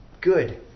good